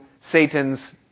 Satan's